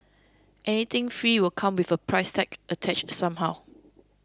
anything free will come with a price tag attached somehow